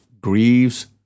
grieves